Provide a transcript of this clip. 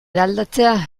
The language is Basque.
eraldatzea